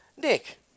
Nick